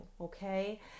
Okay